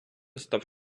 став